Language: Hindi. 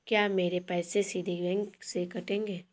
क्या मेरे पैसे सीधे बैंक से कटेंगे?